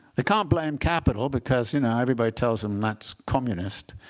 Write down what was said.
they can't blame capital because you know everybody tells them that's communist.